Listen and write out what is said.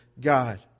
God